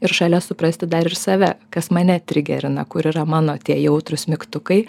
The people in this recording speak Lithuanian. ir šalia suprasti dar ir save kas mane trigerina kur yra mano tie jautrūs mygtukai